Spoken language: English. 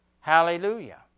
Hallelujah